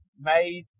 made